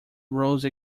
rose